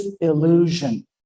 illusion